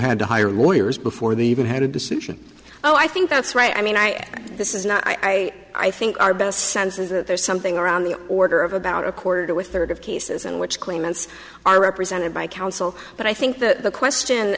had to hire lawyers before they even had a decision oh i think that's right i mean i this is not i i think our best sense is that there's something around the order of about a quarter to with third of cases in which claimants are represented by counsel but i think that the question